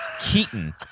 keaton